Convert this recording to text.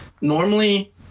normally